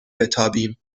بتابیم